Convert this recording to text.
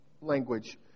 language